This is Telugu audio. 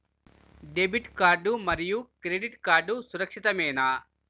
డెబిట్ కార్డ్ మరియు క్రెడిట్ కార్డ్ సురక్షితమేనా?